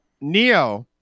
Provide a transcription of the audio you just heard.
Neo